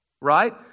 right